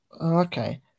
Okay